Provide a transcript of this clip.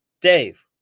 Dave